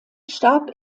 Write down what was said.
starb